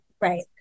right